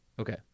Okay